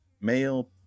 male